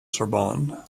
sorbonne